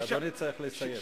אדוני צריך לסיים.